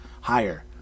higher